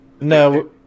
No